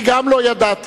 אני גם לא ידעתי.